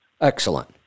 Excellent